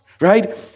right